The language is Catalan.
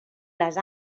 les